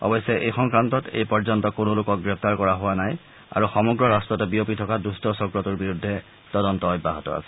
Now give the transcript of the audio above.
অৱশ্যে এই সংক্ৰান্তত এই পৰ্যন্ত কোনো লোকক গ্ৰেপ্তাৰ কৰা হোৱা নাই আৰু সমগ্ৰ ৰাষ্ট্ৰতে বিয়পি থকা দুষ্ট চক্ৰটোৰ বিৰুদ্ধে তদন্ত অব্যাহত আছে